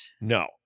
No